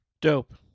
Dope